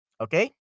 Okay